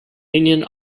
union